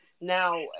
Now